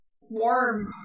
warm